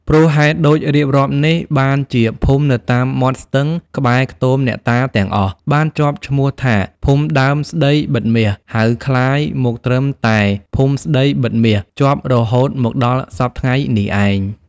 ព្រោះហេតុដូចរៀបរាប់នេះ បានជាភូមិនៅតាមមាត់ស្ទឹង ក្បែរខ្ទមអ្នកតាទាំងអស់ បានជាប់ឈ្មោះថា "ភូមិដើមស្តីបិទមាស” ហៅក្លាយ មកត្រឹមតែ "ភូមិស្តីបិទមាស" ជាប់រហូតមកដល់សព្វថ្ងៃនេះឯង។